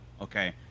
Okay